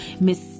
miss